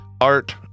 art